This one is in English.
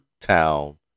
town